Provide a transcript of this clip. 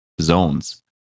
zones